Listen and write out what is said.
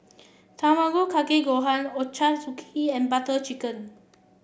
Tamago Kake Gohan Ochazuke and Butter Chicken